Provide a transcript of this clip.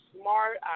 smart